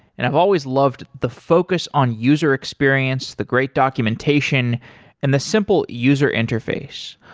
and i've always loved the focus on user experience, the great documentation and the simple user interface.